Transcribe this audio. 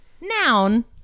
Noun